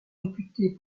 réputée